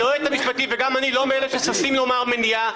היועץ המשפטי ואני לא ששים לומר מניעה.